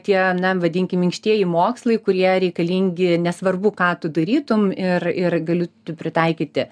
tie na vadinkim minkštieji mokslai kurie reikalingi nesvarbu ką tu darytum ir ir gali tu pritaikyti